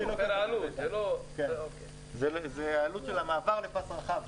זאת העלות של המעבר לפס רחב,